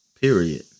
Period